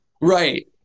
Right